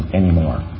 anymore